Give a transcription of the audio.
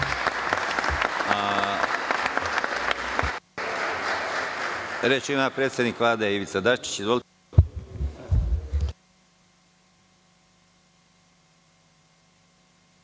Reč ima predsednik Vlade Ivica Dačić.